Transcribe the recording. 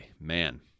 man